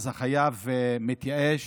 החייב מתייאש